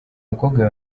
mukobwa